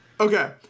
Okay